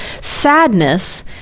sadness